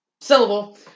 Syllable